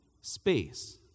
space